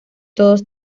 todos